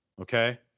Okay